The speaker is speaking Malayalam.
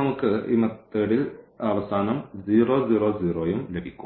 നമുക്ക് ഇവിടെ 0 0 0 ഉം ലഭിക്കും